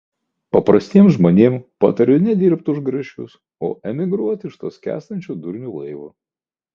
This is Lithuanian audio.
paprastiem žmonėm patariu nedirbt už grašius o emigruot iš to skęstančio durnių laivo